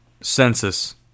census